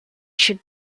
should